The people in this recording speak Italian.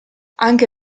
anche